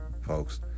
folks